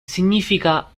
significa